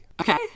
Okay